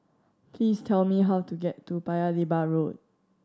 please tell me how to get to Paya Lebar Road